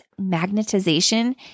magnetization